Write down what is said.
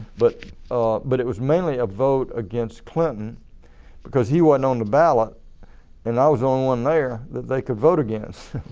but but it was mainly a vote against clinton because he wasn't on the ballot and i was the only one there that they could vote against.